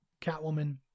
Catwoman